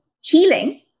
healing